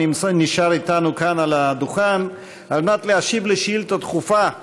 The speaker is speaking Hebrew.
שנשאר איתנו כאן על הדוכן על מנת להשיב על שאילתה דחופה מס'